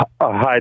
Hi